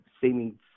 seeming